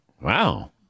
Wow